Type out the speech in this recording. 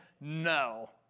no